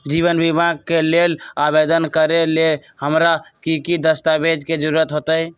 जीवन बीमा के लेल आवेदन करे लेल हमरा की की दस्तावेज के जरूरत होतई?